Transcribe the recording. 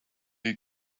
you